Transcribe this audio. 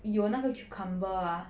有那个 cucumber